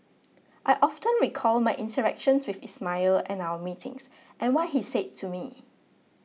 I often recall my interactions with Ismail and our meetings and what he said to me